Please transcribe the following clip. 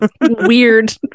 weird